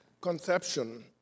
conception